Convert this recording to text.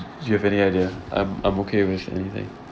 you have any idea I'm I'm okay with anything